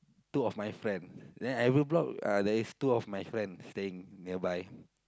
two of my friend then every block uh there is two of my friend staying nearby